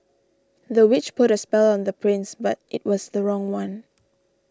the witch put a spell on the prince but it was the wrong one